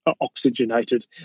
oxygenated